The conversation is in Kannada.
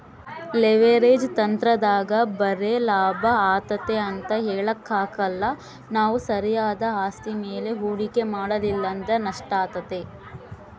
ಲೆವೆರೇಜ್ ತಂತ್ರದಾಗ ಬರೆ ಲಾಭ ಆತತೆ ಅಂತ ಹೇಳಕಾಕ್ಕಲ್ಲ ನಾವು ಸರಿಯಾದ ಆಸ್ತಿ ಮೇಲೆ ಹೂಡಿಕೆ ಮಾಡಲಿಲ್ಲಂದ್ರ ನಷ್ಟಾತತೆ